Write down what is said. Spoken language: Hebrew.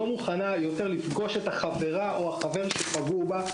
לא מוכנה לפגוש את החברים שפגעו בה.